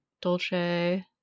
Dolce